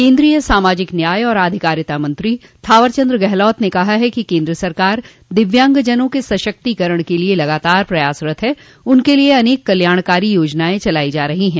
केन्द्रीय सामाजिक न्याय और आधिकारिता मंत्री थॉवर चन्द गहलोत ने कहा है कि केन्द्र सरकार दिव्यांगजनों के सशक्तिकरण के लिये लगातार प्रयासरत है उनके लिये अनेक कल्याणकारो योजनाएं चलाई जा रही है